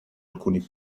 alcuni